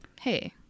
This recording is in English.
hey